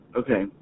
okay